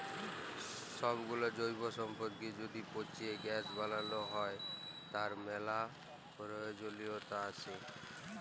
সবগুলা জৈব সম্পদকে য্যদি পচিয়ে গ্যাস বানাল হ্য়, তার ম্যালা প্রয়জলিয়তা আসে